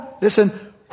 listen